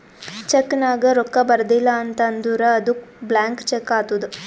check ನಾಗ್ ರೊಕ್ಕಾ ಬರ್ದಿಲ ಅಂತ್ ಅಂದುರ್ ಅದು ಬ್ಲ್ಯಾಂಕ್ ಚೆಕ್ ಆತ್ತುದ್